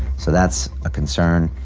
so that's a concern.